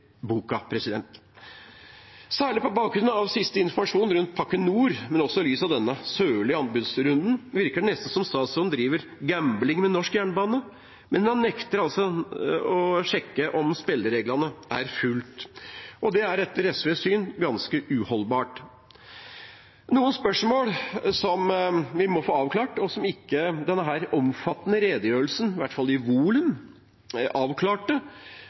boka. Særlig på bakgrunn av siste informasjon rundt pakke nord, men også i lys av denne sørlige delen av anbudsrunden, virker det nesten som om statsråden driver gambling med norsk jernbane. Men han nekter altså å sjekke om spillereglene er fulgt, og det er etter SVs syn ganske uholdbart. Spørsmål som vi må få avklart, og som ikke denne omfattende redegjørelsen, i hvert fall i volum, avklarte, er